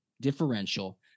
differential